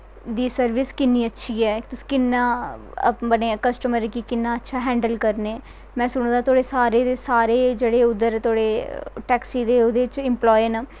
दी सर्विस किन्नी अच्छी ऐ कुस किन्ना कस्टमर गी किन्ना अच्छा हैंडल करनें में सुनें दा तोआड़े सारें दे सारे उध्दर टैक्सी दे ओह्दे च इम्पलाए न